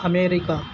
America